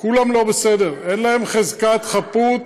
כולם לא בסדר, אין להם חזקת חפות,